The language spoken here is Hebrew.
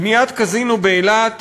בניית קזינו באילת,